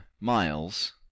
miles